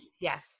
yes